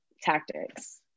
tactics